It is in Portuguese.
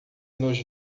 nos